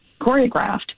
choreographed